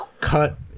cut